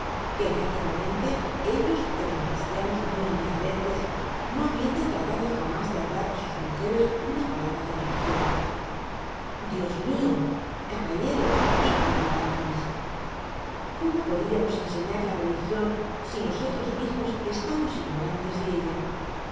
que efectivamente ellos eran cristianos muy indiferentes no habiendo tratado jamás de hablar á sos mujeres una palabra de religion dios miol caballero dijo will atkins cómo podriamos ensenar la religion si nosotros mismos estamos ignorantes de ella